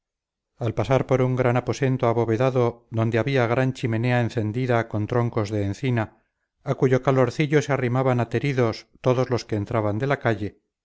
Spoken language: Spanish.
al pasar por un gran aposento abovedado donde había gran chimenea encendida con troncos de encina a cuyo calorcillo se arrimaban ateridos todos los que entraban de la calle